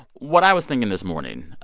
what i was thinking this morning